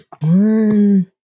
one